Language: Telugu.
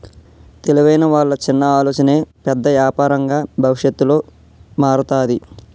తెలివైన వాళ్ళ చిన్న ఆలోచనే పెద్ద యాపారంగా భవిష్యత్తులో మారతాది